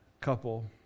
couple